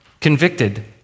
convicted